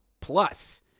plus